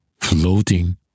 floating